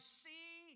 see